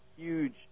Huge